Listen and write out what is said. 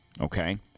okay